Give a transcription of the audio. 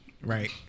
right